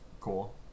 cool